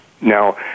now